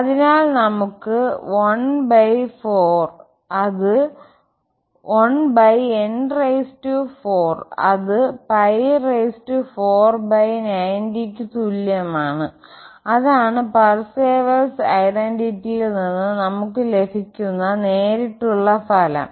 അതിനാൽ നമുക്ക് 1n4അത് 4 90ക്ക് തുല്യമാണ് അതാണ് പർസേവൽസ് ഐഡന്റിറ്റിയിൽ നിന്ന് നമുക്ക് ലഭിക്കുന്ന നേരിട്ടുള്ള ഫലം